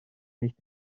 nicht